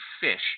fish